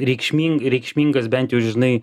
reikšming reikšmingas bent jau žinai